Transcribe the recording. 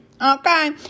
Okay